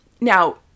Now